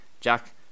Jack